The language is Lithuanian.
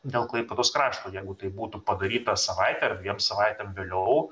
dėl klaipėdos krašto jeigu tai būtų padaryta savaitę ar dviem savaitėm vėliau